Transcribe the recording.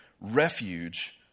refuge